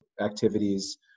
activities